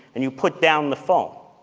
and you put down the phone.